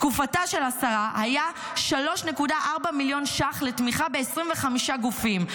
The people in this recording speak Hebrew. בתקופתה היו 3.4 מיליון שקלים לתמיכה ב-25 גופים,